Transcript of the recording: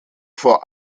vor